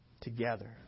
together